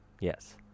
yes